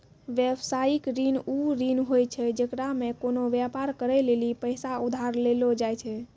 व्यवसायिक ऋण उ ऋण होय छै जेकरा मे कोनो व्यापार करै लेली पैसा उधार लेलो जाय छै